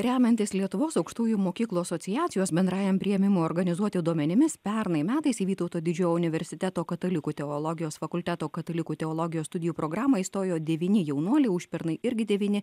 remiantis lietuvos aukštųjų mokyklų asociacijos bendrajam priėmimo organizuoti duomenimis pernai metais į vytauto didžiojo universiteto katalikų teologijos fakulteto katalikų teologijos studijų programą įstojo devyni jaunuoliai užpernai irgi devyni